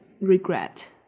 regret